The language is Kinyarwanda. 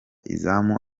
izamu